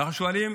ואנחנו שואלים: